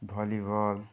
volleyball